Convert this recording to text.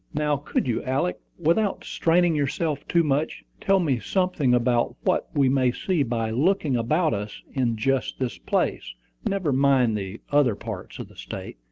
now, could you, alick, without straining yourself too much, tell me something about what we may see by looking about us in just this place never mind the other parts of the state,